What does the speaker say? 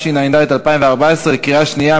3), התשע"ד 2014, קריאה שנייה.